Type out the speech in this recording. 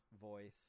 voice